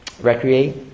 recreate